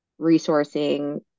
resourcing